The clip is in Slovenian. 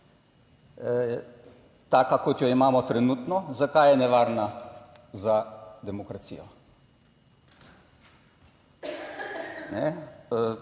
taka kot jo imamo trenutno. Zakaj je nevarna za demokracijo.